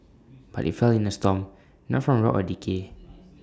but IT fell in A storm not from rot or decay